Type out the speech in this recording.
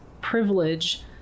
privilege